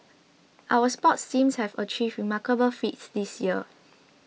our sports seems have achieved remarkable feats this year